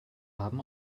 haben